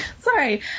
sorry